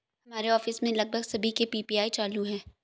हमारे ऑफिस में लगभग सभी के पी.पी.आई चालू है